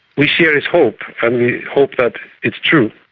we share his hope. and we hope that it's true.